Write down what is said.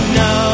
no